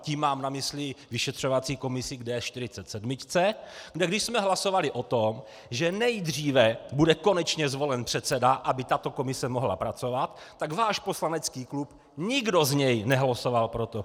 Tím mám na mysli vyšetřovací komisi k D47, kde když jsme hlasovali o tom, že nejdříve bude konečně zvolen předseda, aby tato komise mohla pracovat, tak váš poslanecký klub, nikdo z něj nehlasoval pro to.